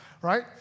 right